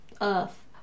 earth